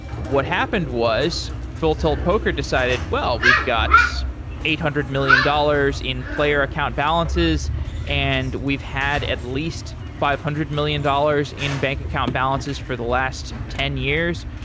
what happened was full tilt poker decided, well, we've got eight hundred million dollars in player account balances and we've had at least five hundred million dollars in bank account balances for the last ten years.